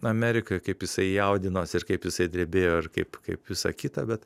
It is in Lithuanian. amerika kaip jisai jaudinos ir kaip jisai drebėjo ir kaip kaip visa kita bet